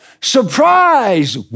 surprise